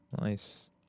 nice